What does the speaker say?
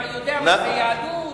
כבר יודע משהו ביהדות?